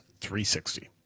360